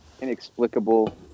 inexplicable